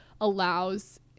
allows